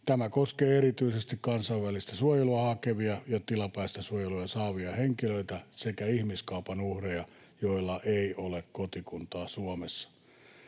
Tämä koskee erityisesti kansainvälistä suojelua hakevia ja tilapäistä suojelua saavia henkilöitä sekä ihmiskaupan uhreja, joilla ei ole kotikuntaa Suomessa.